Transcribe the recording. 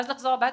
ואז לחזור הביתה,